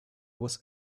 was